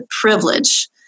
privilege